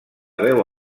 veu